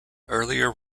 earlier